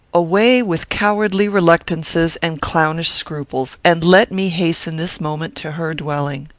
away with cowardly reluctances and clownish scruples, and let me hasten this moment to her dwelling.